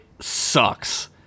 sucks